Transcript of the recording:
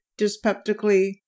dyspeptically